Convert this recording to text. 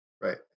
Right